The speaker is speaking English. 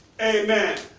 amen